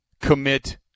commit